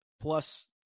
plus